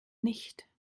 nicht